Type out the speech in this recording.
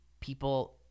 people